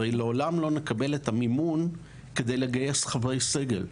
לעולם לא נקבל את המימון כדי לגייס חברי סגל.